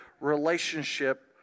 relationship